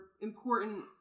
important